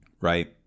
right